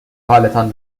حالتان